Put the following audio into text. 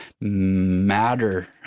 matter